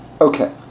Okay